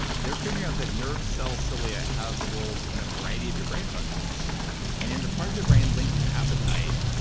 they're figuring out that nerve cell cilia have roles in a variety of your brain functions, and in the part of your brain linked to appetite,